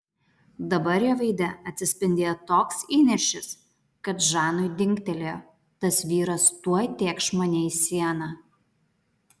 dabar jo veide atsispindėjo toks įniršis kad žanui dingtelėjo tas vyras tuoj tėkš mane į sieną